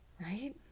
Right